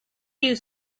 you